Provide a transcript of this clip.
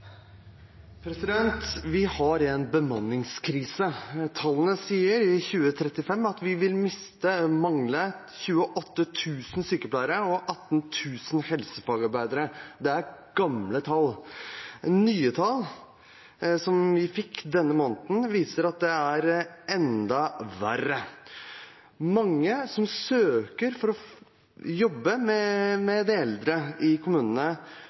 Vi har en bemanningskrise. Tallene for 2035 sier at vi vil mangle 28 000 sykepleiere og 18 000 helsefagarbeidere. Det er gamle tall. Nye tall som vi fikk denne måneden, viser at det er enda verre. Mange som søker om å jobbe med de eldre i kommunene,